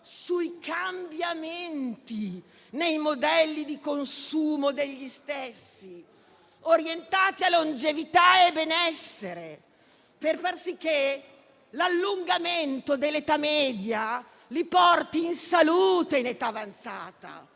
sui cambiamenti nei modelli di consumo degli stessi, orientati a longevità e benessere, per far sì che l'allungamento dell'età media porti il consumatore in salute in età avanzata,